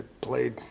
played